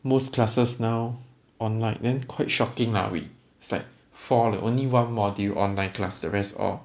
most classes now online then quite shocking lah we it's like for the only one module online class the rest all